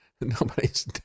nobody's